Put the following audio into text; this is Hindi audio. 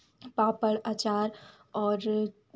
पापड़ अचार और